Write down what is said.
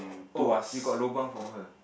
oh you got lobang from her